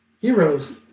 heroes